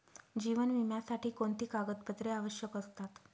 जीवन विम्यासाठी कोणती कागदपत्रे आवश्यक असतात?